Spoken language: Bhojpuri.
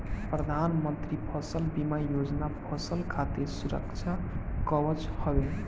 प्रधानमंत्री फसल बीमा योजना फसल खातिर सुरक्षा कवच हवे